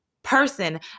Person